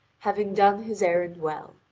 having done his errand well.